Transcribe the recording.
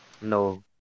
No